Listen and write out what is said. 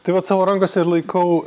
tai vat savo rankose ir laikau